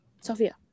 Sophia